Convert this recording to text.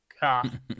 God